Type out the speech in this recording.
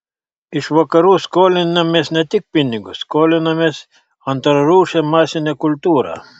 iš vakarų skolinamės ne tik pinigus skolinamės antrarūšę masinę kultūrą